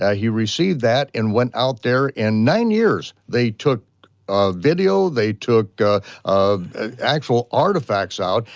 ah he received that and went out there, and nine years, they took video, they took um actual artifacts out,